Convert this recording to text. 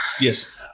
Yes